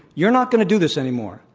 you're not going to do this anymore.